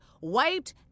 Wiped